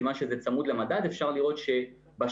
מכיוון שזה צמוד למדד אפשר לראות שבשנה